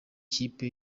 kipe